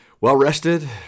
well-rested